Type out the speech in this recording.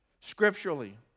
scripturally